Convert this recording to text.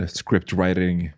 scriptwriting